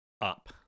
up